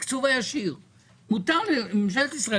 הגוף הזה,